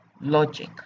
logic